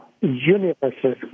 universes